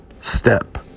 step